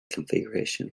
configuration